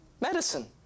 Medicine